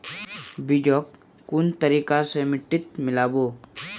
बीजक कुन तरिका स मिट्टीत मिला बो